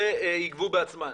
ויגבו בעצמם.